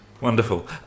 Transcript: wonderful